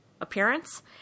appearance